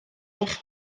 eich